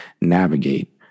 navigate